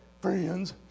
Friends